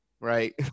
right